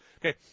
Okay